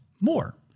more